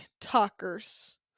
talkers